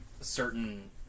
certain